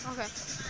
Okay